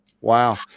wow